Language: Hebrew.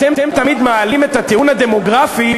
אתם תמיד מעלים את הטיעון הדמוגרפי,